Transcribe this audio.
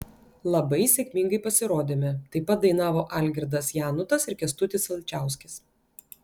labai sėkmingai pasirodėme taip pat dainavo algirdas janutas ir kęstutis alčauskis